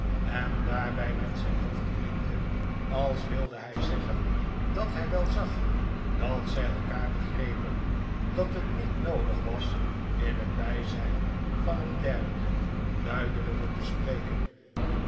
en daarbij met zijn hoofd knikte als wilde hij zeggen dat hij wel zag dat zij elkaar begrepen dat het niet noodig was in het bijzijn van een derde duidelijker te spreken